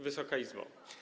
Wysoka Izbo!